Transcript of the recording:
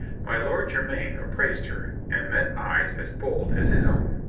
my lord jermyn appraised her, and met eyes as bold as his own.